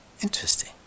Interesting